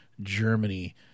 Germany